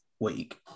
week